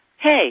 hey